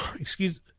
excuse